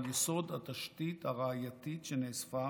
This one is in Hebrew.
על יסוד התשתית הראייתית שנאספה,